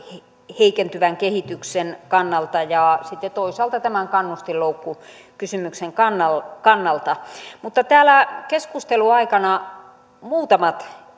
heikentyvän kehityksen kannalta ja sitten toisaalta tämän kannustinloukkukysymyksen kannalta kannalta täällä keskustelun aikana muutamat